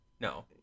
no